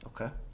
Okay